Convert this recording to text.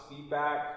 feedback